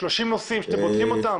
שלושים נושאים שאתם בודקים אותם?